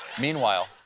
Meanwhile